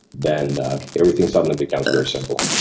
then everything suddenly becomes very simple.